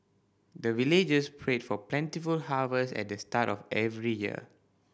the villagers pray for plentiful harvest at the start of every year